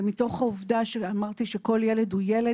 ומתוך העובדה שאמרתי שכל ילד הוא ילד,